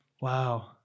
Wow